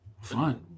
Fine